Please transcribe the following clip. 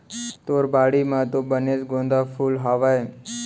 तोर बाड़ी म तो बनेच गोंदा फूल हावय